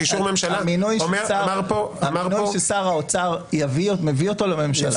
מינוי ששר האוצר מביא אותו לממשלה.